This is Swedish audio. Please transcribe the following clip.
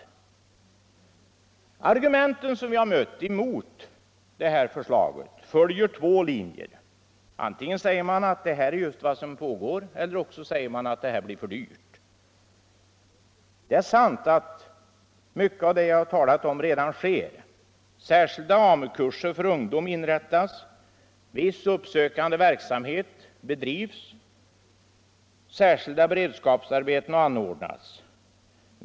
De argument som vi har mött mot det här förslaget följer två linjer. Antingen säger man: Det här är just vad som pågår. Eller också säger man: Det här blir för dyrt. Det är sant att mycket av det jag har talat om redan sker. Särskilda AMU-kurser för ungdom inrättas, viss uppsökande verksamhet bedrivs, särskilda beredskapsarbeten har anordnats.